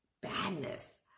badness